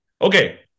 Okay